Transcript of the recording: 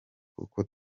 kuko